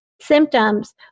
symptoms